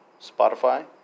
Spotify